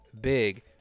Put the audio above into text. big